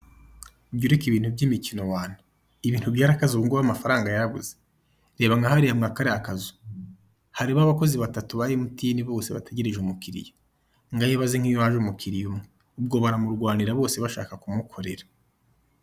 Jya ureka ibintu by'imikino wana, ibintu byarakaze ubungubu amafaranga yarabuze, reba nkahariya mwa kariya kazu, harimo abakoze batatu ba Emutiyeni bose bategereje umukiriya, ngaho ibaze nk'iyo haje umukiriya umwe, ubwo baramurwanira bose bashaka kumukorera.